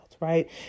Right